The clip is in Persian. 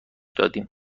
دادیم